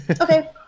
Okay